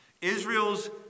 Israel's